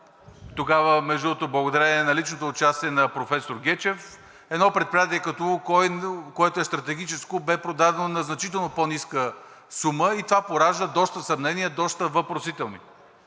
тогава, между другото, благодарение на личното участие на професор Гечев едно предприятие като „Лукойл“, което е стратегическо, бе продадено на значително по-ниска сума и това поражда доста съмнения, доста въпросителни.